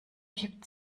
gibt